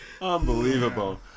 Unbelievable